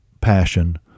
passion